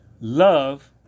love